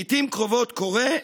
לעיתים קרובות קורה,